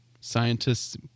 scientists